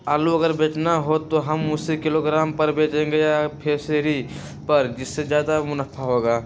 आलू अगर बेचना हो तो हम उससे किलोग्राम पर बचेंगे या पसेरी पर जिससे ज्यादा मुनाफा होगा?